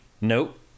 Nope